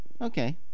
Okay